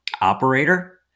operator